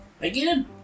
Again